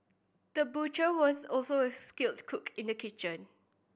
the butcher was also a skilled cook in the kitchen